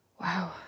Wow